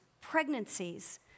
pregnancies